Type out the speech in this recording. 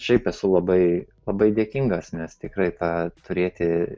šiaip esu labai labai dėkingas nes tikrai tą turėti